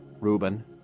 Reuben